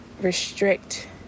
restrict